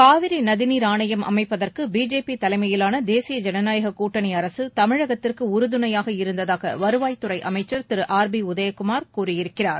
காவிரி நதிநீர் ஆணையம் அமைப்பதற்கு பிஜேபி தலைமையிலான தேசிய ஜனநாயக கூட்டணி அரசு தமிழகத்திற்கு உறுதனையாக இருந்ததாக வருவாய்த்துறை அமைச்சர் திரு ஆர் பி உதயகுமார் கூறியிருக்கிறார்